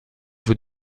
vous